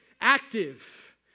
active